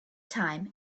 time